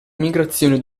migrazione